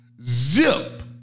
zip